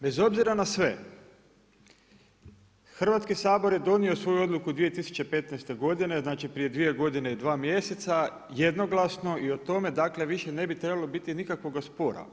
Bez obzira na sve, Hrvatski sabor je donio svoju odluku 2015. godine, znači prije dvije godine i dva mjeseca jednoglasno i o tome više ne bi trebalo biti nikakvoga spora.